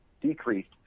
decreased